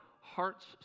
hearts